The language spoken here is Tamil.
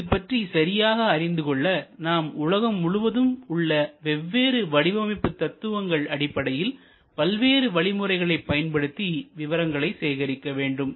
இது பற்றி சரியாக அறிந்து கொள்ள நாம் உலகம் முழுவதும் உள்ள வெவ்வேறு வடிவமைப்பு தத்துவங்கள் அடிப்படையில் பல்வேறு வழிமுறைகளை பயன்படுத்தி விவரங்களை சேகரிக்க வேண்டும்